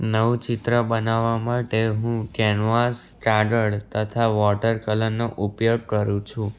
નવું ચિત્ર બનાવવાં માટે હું કેનવાસ કાગળ તથા વોટર કલરનો ઉપયોગ કરું છું